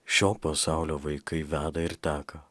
šio pasaulio vaikai veda ir taką